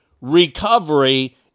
recovery